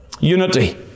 unity